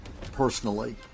personally